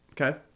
Okay